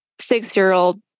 six-year-old